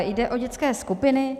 Jde o dětské skupiny.